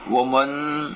我们